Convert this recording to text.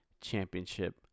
championship